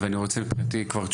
ואני רוצה מבחינתי כבר תשובות.